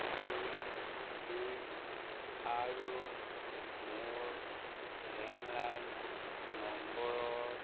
দুই দুই আৰু মোৰ লেণ্ডলাইন নম্বৰৰ